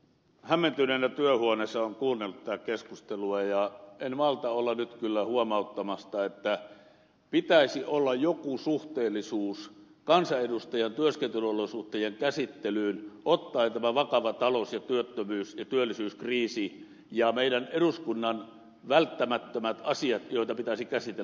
hämmentyneenä työhuoneessa olen kuunnellut tätä keskustelua ja en malta olla nyt kyllä huomauttamatta että pitäisi olla joku suhteellisuus kansanedustajan työskentelyolosuhteiden käsittelyyn ottaen huomioon tämä vakava talous työttömyys ja työllisyyskriisi ja meidän eduskunnan välttämättömät asiat joita pitäisi käsitellä